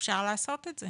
שאפשר לעשות זה,